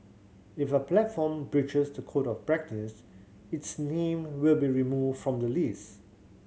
if a platform breaches the Code of Practise its name will be removed from the list